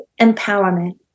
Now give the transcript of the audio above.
empowerment